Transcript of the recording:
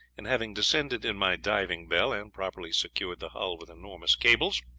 and having descended in my diving-bell, and properly secured the hull with enormous cables,